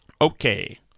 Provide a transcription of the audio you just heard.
Okay